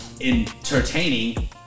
entertaining